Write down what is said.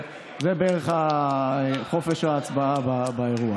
זה בערך חופש ההצבעה באירוע.